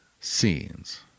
scenes